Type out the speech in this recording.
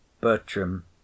Bertram